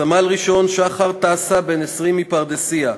סמל-ראשון שחר תעשה, בן 20, מפרדסיה,